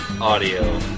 Audio